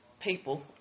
People